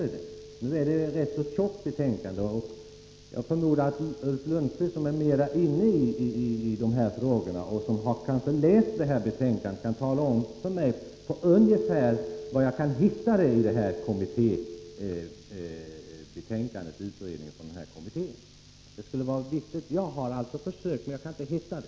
Det är ju ett rätt tjockt betänkande, och jag förmodar att Ulf Lönnqvist, som är mer insatt i dessa frågor, kanske har läst betänkandet och kan tala om för mig ungefär var i betänkandet jag kan hitta någonting om detta försöksprojekt. Jag har alltså försökt men inte kunnat hitta någonting om det i utredningens betänkande.